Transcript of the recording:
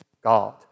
God